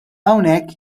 hawnhekk